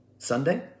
Sunday